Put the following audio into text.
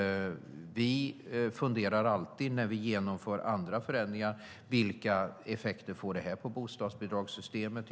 Vi funderar alltid över vilka effekter det får på bostadsbidragssystemet när vi genomför andra förändringar.